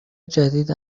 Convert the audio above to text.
جدید